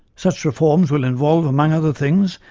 such reforms will involve, among other things,